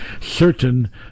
certain